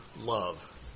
Love